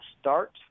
start